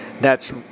thats